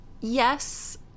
Yes